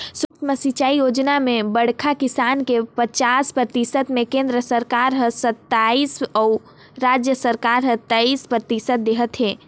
सुक्ष्म सिंचई योजना म बड़खा किसान के पचास परतिसत मे केन्द्र सरकार हर सत्तइस अउ राज सरकार हर तेइस परतिसत देहत है